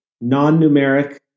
non-numeric